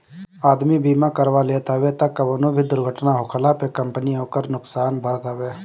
आदमी बीमा करवा लेत हवे तअ कवनो भी दुर्घटना होखला पे कंपनी ओकर नुकसान भरत हवे